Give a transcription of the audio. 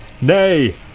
Nay